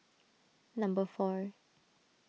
number four